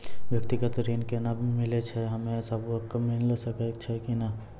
व्यक्तिगत ऋण केना मिलै छै, हम्मे सब कऽ मिल सकै छै कि नै?